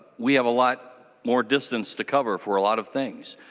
we have a lot more distance to cover for a lot of things.